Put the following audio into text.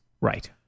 Right